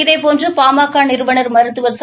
இதேபோன்று பாமக நிறுவனர் மருத்துவர் ச